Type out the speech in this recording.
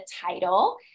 title